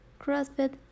CrossFit